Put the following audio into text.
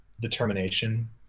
determination